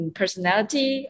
personality